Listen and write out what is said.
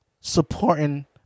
Supporting